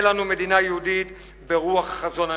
לנו מדינה יהודית ברוח חזון הנביאים.